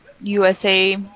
USA